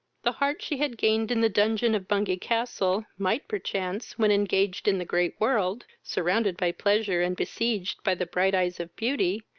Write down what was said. the heart she had gained in the dungeon of bungay-castle might perchance, when engaged in the great world, surrounded by pleasure, and besieged by the bright eyes of beauty,